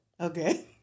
Okay